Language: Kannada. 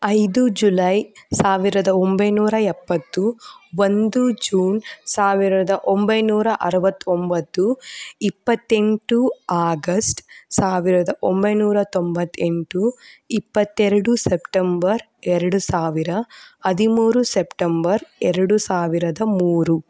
ಐದು ಜುಲೈ ಸಾವಿರದ ಒಂಬೈನೂರ ಎಪ್ಪತ್ತು ಒಂದು ಜೂನ್ ಸಾವಿರದ ಒಂಬೈನೂರ ಅರವತ್ತು ಒಂಬತ್ತು ಇಪ್ಪತ್ತೆಂಟು ಆಗಸ್ಟ್ ಸಾವಿರದ ಒಂಬೈನೂರ ತೊಂಬತ್ತೆಂಟು ಇಪ್ಪತ್ತೆರಡು ಸಪ್ಟೆಂಬರ್ ಎರಡು ಸಾವಿರ ಹದಿಮೂರು ಸಪ್ಟೆಂಬರ್ ಎರಡು ಸಾವಿರದ ಮೂರು